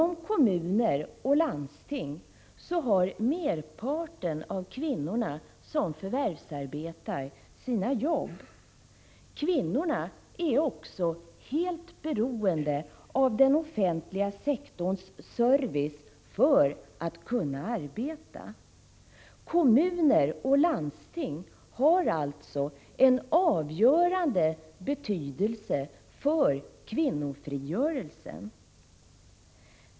Merparten av de kvinnor som förvärvsarbetar har sina jobb inom kommuner och landsting. Kvinnorna är också helt beroende av den offentliga sektorns service för att kunna arbeta. Kommuner och landsting har alltså en avgörande betydelse för kvinnofrigörelsen.